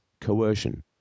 coercion